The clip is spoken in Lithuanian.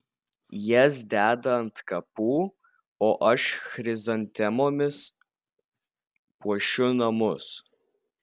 jas deda ant kapų o aš chrizantemomis puošiu namus